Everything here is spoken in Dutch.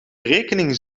rekening